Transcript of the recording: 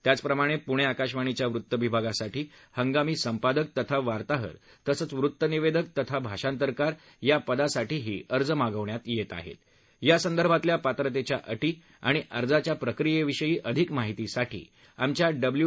त्याचप्रमाणे प्णे आकाशवाणीच्या वृत्तविभागासाठी हंगामी संपादक तथा वार्ताहर तसंच वृत्तनिवेदक तथा भाषांतरकार या पदासाठीही अर्ज मागवण्यात येत आहेत यासंदर्भातल्या पात्रतेच्या अटी आणि अर्जाच्या प्रक्रियेविषयी अधिक माहितीसाठी आमच्या डब्ल्यू